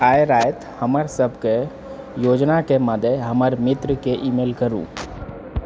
आइ राति हमर सबके योजनाक मादे हमर मित्रकेँ ईमेल करू